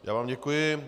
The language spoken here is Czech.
Já vám děkuji.